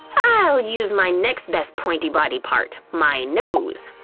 i'll use my next best pointy body part my nose!